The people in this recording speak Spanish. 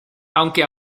aunque